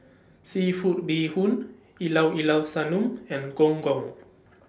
Seafood Bee Hoon E Lau E Lau Sanum and Gong Gong